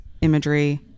imagery